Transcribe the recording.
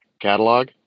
catalog